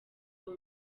ubu